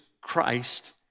Christ